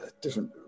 different